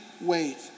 wait